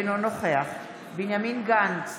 אינו נוכח בנימין גנץ,